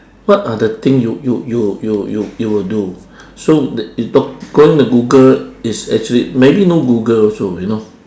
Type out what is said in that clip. what are the thing you'll you'll you'll you'll you will do so the going to google is actually maybe no google also you know